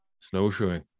snowshoeing